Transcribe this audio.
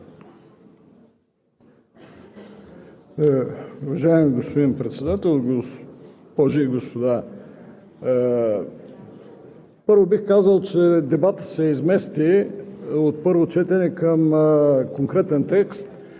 Уважаеми господин Председател, госпожи и господа! Първо, бих казал, че дебатът се измести от първо четене към конкретен текст,